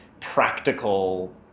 practical